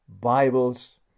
Bibles